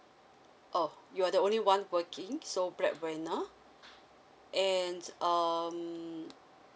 oh you're the only [one] working sole breadwinner and um